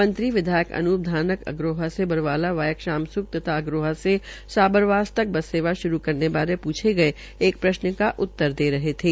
मंत्री विधायक अनूप धानक अग्रोहा से बरवाला वाया शाम सुख तथा अग्रोहा से साबर वास तक बस सेवा श्रू करने बारे पूछे गये एक प्रशन का उत्तर दे रहे थे